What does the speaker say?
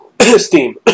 Steam